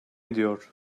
ediyor